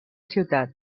ciutat